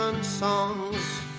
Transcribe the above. songs